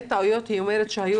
היא מנסה להתחבר.